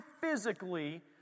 physically